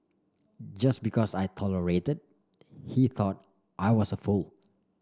just because I tolerated he thought I was a fool